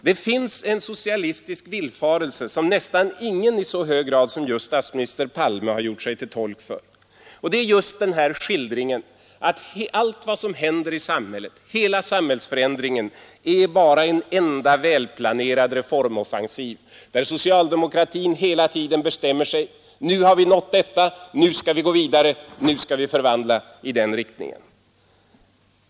Det finns en socialistisk villfarelse som nästan ingen i så hög grad som just statsminister Palme har gjort sig till tolk för, och det är den här skildringen att allt vad som händer i samhället, hela samhällsföränd Måndagen den ringen, är bara en enda välplanerad reformoffensiv där socialdemokratin 4 juni 1973 hela tiden bestämmer sig: Nu har vi nått detta, nu skall vi gå vidare, nu 9 skall vi förvandla i den riktningen!